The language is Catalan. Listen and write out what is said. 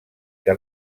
que